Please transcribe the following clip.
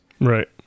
Right